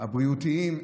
הבריאותיים.